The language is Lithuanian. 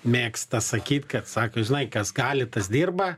mėgsta sakyt kad sako žinai kas gali tas dirba